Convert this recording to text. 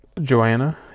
Joanna